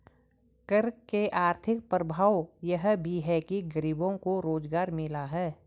कर के आर्थिक प्रभाव यह भी है कि गरीबों को रोजगार मिला